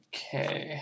Okay